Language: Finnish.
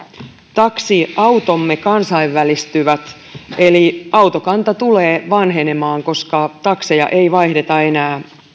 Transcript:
taksiautomme kansainvälistyvät eli autokanta tulee vanhenemaan koska takseja ei vaihdeta enää